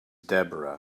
deborah